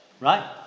Right